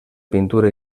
pintura